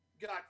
got